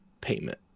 payment